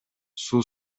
суу